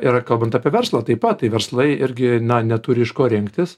yra kalbant apie verslą taip pat tai verslai irgi neturi iš ko rinktis